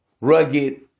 rugged